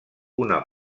una